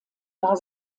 war